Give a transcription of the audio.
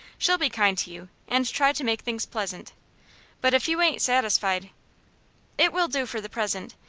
she'll be kind to you, and try to make things pleasant but if you ain't satisfied it will do for the present.